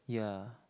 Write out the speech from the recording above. ya